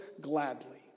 gladly